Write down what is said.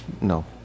No